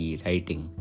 writing